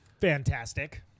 Fantastic